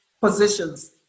positions